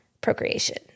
procreation